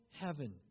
heaven